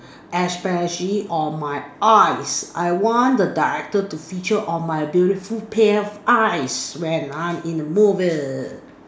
especially on my eyes I want the director to feature on my beautiful pair eyes when I am in the movies